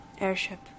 Airship